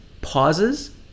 pauses